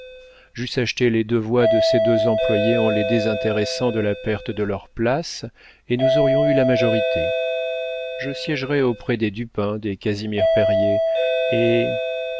j'eusse acheté les deux voix de ces deux employés en les désintéressant de la perte de leurs places et nous aurions eu la majorité je siégerais auprès des dupin des casimir périer et